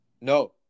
no